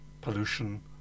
pollution